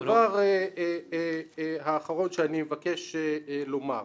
הדבר האחרון שאני מבקש לומר: